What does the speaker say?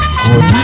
good